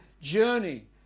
journey